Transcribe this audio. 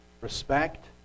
respect